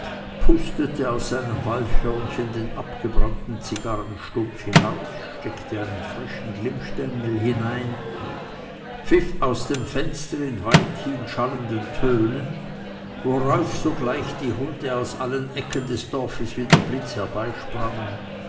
pustete aus seinem waldhörnchen den abgebrannten zigarrenstumpf heraus steckte einen frischen glimmstengel hinein pfiff aus dem fenster in weithin schallenden tönen worauf sogleich die hunde aus allen ecken des dorfes wie der blitz